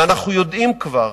ואנחנו יודעים כבר,